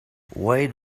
wait